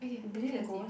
you believe in ghost